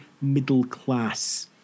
middle-class